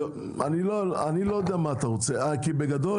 אני לא יודע מה אתה רוצה בגדול,